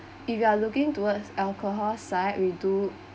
if you are looking towards alcohol side we do